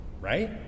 Right